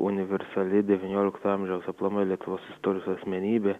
universali devyniolikto amžiaus aplamai lietuvos istorijos asmenybė